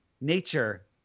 nature